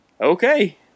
okay